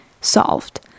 solved